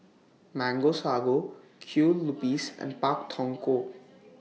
Mango Sago Kue Lupis and Pak Thong Ko